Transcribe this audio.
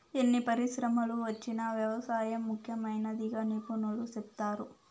ఎన్ని పరిశ్రమలు వచ్చినా వ్యవసాయం ముఖ్యమైనదిగా నిపుణులు సెప్తారు